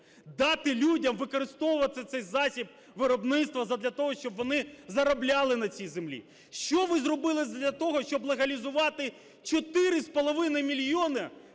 дати людям використовувати цей засіб виробництва задля того, щоб вони заробляли на цій землі? Що ви зробили задля того, щоб легалізувати 4,5 мільйона